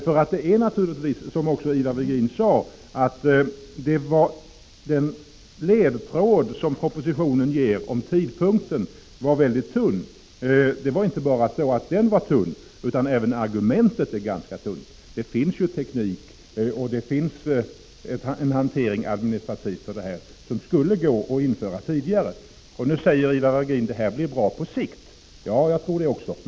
Som Ivar Virgin sade är den ledtråd om tidpunkten som propositionen ger ganska tunn, men även argumentet är tunt. Det finns ju teknik och möjligheter att administrativt hantera det hela, varför kraven hade kunnat införas tidigare. Det här blir bra på sikt säger Ivar Virgin. Ja, det tror också jag.